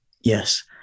yes